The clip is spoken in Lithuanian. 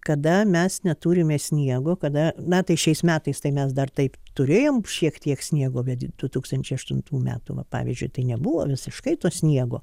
kada mes neturime sniego kada na tai šiais metais tai mes dar taip turėjom šiek tiek sniego bet du tūkstančiai aštuntų metų va pavyzdžiui tai nebuvo visiškai to sniego